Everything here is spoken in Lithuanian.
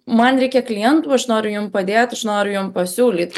man reikia klientų aš noriu jum padėt noriu jum pasiūlyt